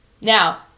now